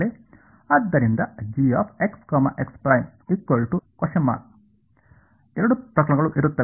ಆದ್ದರಿಂದ ಎರಡು ಪ್ರಕರಣಗಳು ಇರುತ್ತವೆ